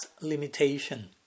limitation